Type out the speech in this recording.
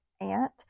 aunt